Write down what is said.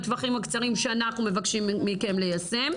הטווחים הקצרים שאנחנו מבקשים מכם ליישם.